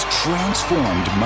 transformed